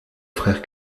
frère